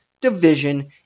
division